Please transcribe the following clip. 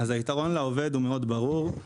היתרון לעובד מאוד ברור.